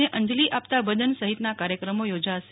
યોજાનાર છે અંજલિ આપતા ભજન સહિતના કાર્યક્રમો યોજાશે